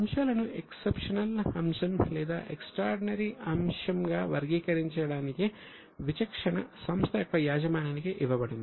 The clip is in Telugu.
అంశాలను ఎక్సెప్షనల్ అంశం లేదా ఎక్స్ట్రార్డినరీ అంశంగా వర్గీకరించడానికి విచక్షణ సంస్థ యొక్క యాజమాన్యానికి ఇవ్వబడింది